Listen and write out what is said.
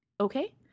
Okay